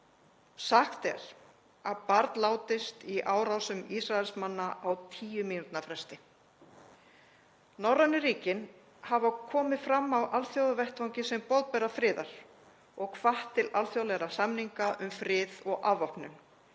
Sagt er að barn látist í árásum Ísraelsmanna á tíu mínútna fresti. Norrænu ríkin hafa komið fram á alþjóðavettvangi sem boðberar friðar og hvatt til alþjóðlegra samninga um frið og afvopnun.